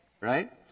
right